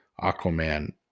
Aquaman